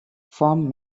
form